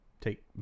take